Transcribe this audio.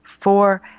four